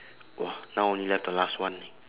!wah! now only left the last one